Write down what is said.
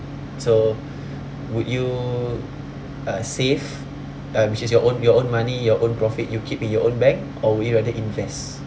so would you uh save uh which is your own your own money your own profit you keep it your own bank or would you rather invest